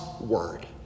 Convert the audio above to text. Word